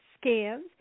scans